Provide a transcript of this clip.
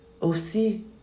aussi